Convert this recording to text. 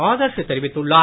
ஆதர்ஷ் தெரிவித்துள்ளார்